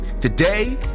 Today